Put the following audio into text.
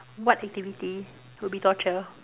what activity would be torture